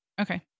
Okay